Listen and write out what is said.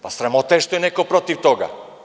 Pa, sramota je što je neko protiv toga.